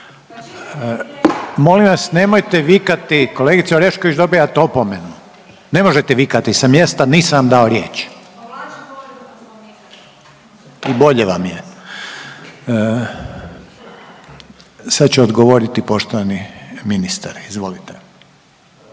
Molim vas nemojte vikati kolegice Orešković dobijate opomenu, ne možete vikati sa mjesta nisam vam dao riječ. …/Upadica se ne razumije./… I bolje vam je. Sad će odgovoriti poštovani ministar, izvolite.